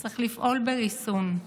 צריך לפעול בריסון.